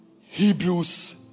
Hebrews